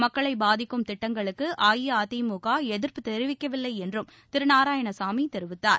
மக்களைப் பாதிக்கும் திட்டங்களுக்கு அஇஅதிமுக எதிா்ப்பு தெரிவிக்கவில்லை என்றும் திரு நாராயணசாமி தெரிவித்தார்